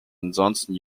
ansonsten